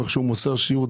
איך הוא מוסר שיעור.